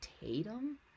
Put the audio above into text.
Tatum